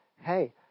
hey